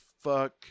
fuck